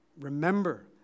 remember